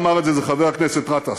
מי שאמר את זה זה חבר הכנסת גטאס.